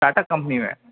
Tata company में